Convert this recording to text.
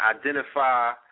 identify